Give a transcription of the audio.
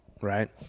Right